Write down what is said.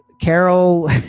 Carol